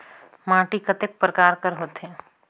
माटी कतेक परकार कर होथे?